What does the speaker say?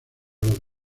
los